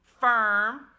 firm